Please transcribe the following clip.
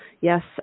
yes